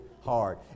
hard